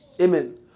Amen